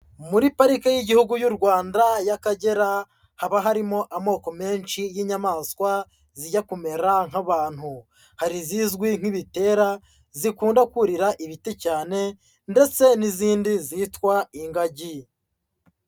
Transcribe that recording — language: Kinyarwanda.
Muri parike y'Igihugu y'u Rwanda y'Akagera haba harimo amoko menshi y'inyamaswa zijya kumera nk'abantu. Hari izizwi nk'ibitera zikunda kurira ibiti cyane ndetse n'izindi zitwa ingagi.